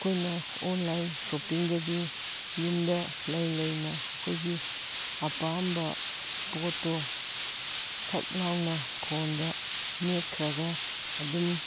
ꯑꯩꯈꯣꯏꯅ ꯑꯣꯟꯂꯥꯏꯟ ꯁꯣꯞꯄꯤꯡꯗꯗꯤ ꯌꯨꯝꯗ ꯂꯩ ꯂꯩꯅ ꯑꯩꯈꯣꯏꯒꯤ ꯑꯄꯥꯝꯕ ꯄꯣꯠꯇꯣ ꯊꯛ ꯂꯥꯎꯅ ꯐꯣꯟꯗ ꯃꯦꯠꯈ꯭ꯔꯒ ꯑꯗꯨꯝ